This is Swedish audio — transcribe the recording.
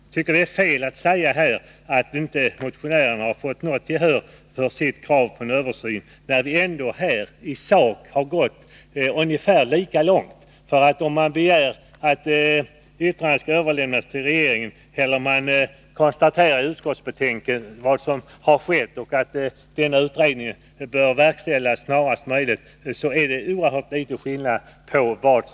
Jag anser att det är fel att säga att motionärerna inte fått något gehör för sitt krav på en översyn. I sak har utskottet och reservanterna gått ungefär lika långt. Om man begär att utskottets mening skall ges regeringen till känna eller om man i betänkandet konstaterar vad som skett och att utredningen bör verkställas snarast möjligt, så är det en oerhört liten skillnad.